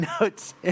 notes